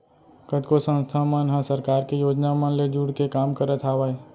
कतको संस्था मन ह सरकार के योजना मन ले जुड़के काम करत हावय